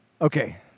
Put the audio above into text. Okay